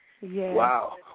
Wow